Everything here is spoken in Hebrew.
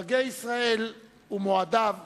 חגי ישראל ומועדיו